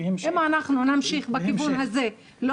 אם אנחנו נמשיך בכיוון הזה,